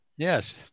Yes